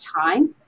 time